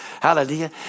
Hallelujah